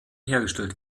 hergestellt